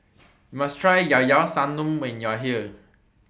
YOU must Try Llao Llao Sanum when YOU Are here